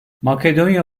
makedonya